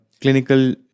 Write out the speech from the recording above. clinical